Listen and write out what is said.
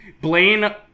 Blaine